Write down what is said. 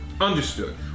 Understood